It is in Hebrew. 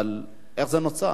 אבל איך זה נוצר?